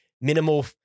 minimal